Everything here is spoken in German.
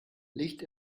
licht